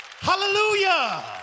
hallelujah